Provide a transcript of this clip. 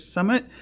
Summit